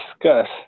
discuss